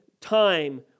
time